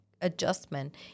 adjustment